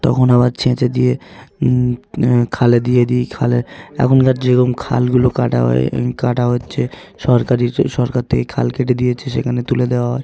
তখন আবার ছেঁচে দিয়ে খালে দিয়ে দিয়ে খালে এখনকার যেরকম খালগুলো কাটা হয় কাটা হচ্ছে সরকারি সরকার থেকে খাল থেকে কেটে দিয়েছে সেখানে তুলে দেওয়া হয়